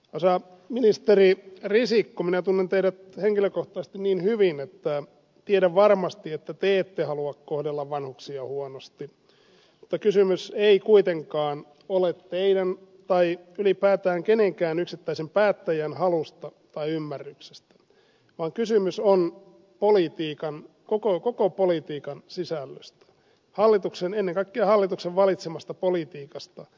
arvoisa ministeri risikko minä tunnen teidät henkilökohtaisesti niin hyvin että tiedän varmasti että te ette halua kohdella vanhuksia huonosti mutta kysymys ei kuitenkaan ole teidän tai ylipäätään kenenkään yksittäisen päättäjän halusta tai ymmärryksestä vaan kysymys on koko politiikan sisällöstä hallituksen ennen kaikkea hallituksen valitsemasta politiikasta